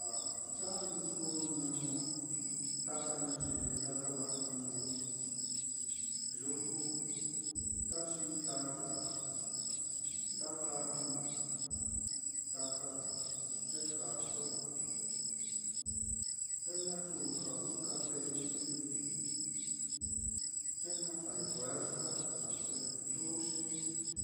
Ah ya á ni kuu ñuu taka ñayivi nda kalajniñoi yuku, nda xi'ii tata, nda kajai taka ye kaaso, te ñatu ɨka té i'ni ye na taai juerza naá, ye nduxi,